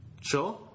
sure